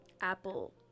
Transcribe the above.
Apple